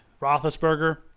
Roethlisberger